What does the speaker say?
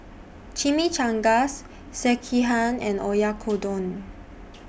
Chimichangas Sekihan and Oyakodon